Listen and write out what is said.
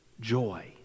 joy